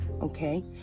okay